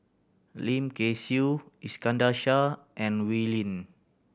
Lim Kay Siu Iskandar Shah and Wee Lin